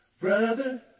Brother